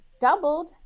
doubled